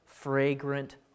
fragrant